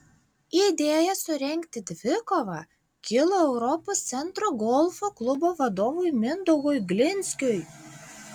idėja surengti dvikovą kilo europos centro golfo klubo vadovui mindaugui glinskiui